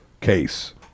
case